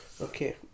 Okay